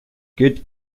good